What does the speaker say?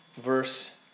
verse